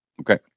Okay